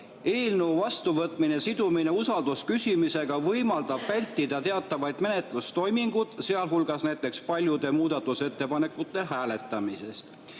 "Eelnõu vastuvõtmise sidumine usaldusküsimusega võimaldab vältida teatavaid menetlustoiminguid, sealhulgas näiteks paljude muudatusettepanekute hääletamist.